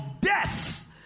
death